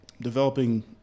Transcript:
developing